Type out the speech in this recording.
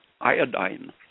iodine